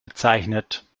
bezeichnet